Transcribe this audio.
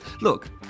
Look